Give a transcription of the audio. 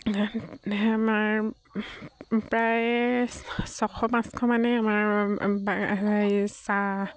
আমাৰ প্ৰায় ছশ পাঁচশ মানে আমাৰ চাহ